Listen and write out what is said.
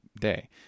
day